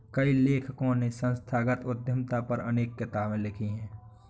कई लेखकों ने संस्थागत उद्यमिता पर अनेक किताबे लिखी है